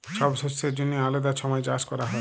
ছব শস্যের জ্যনহে আলেদা ছময় চাষ ক্যরা হ্যয়